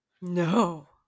No